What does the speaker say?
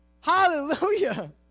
Hallelujah